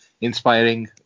inspiring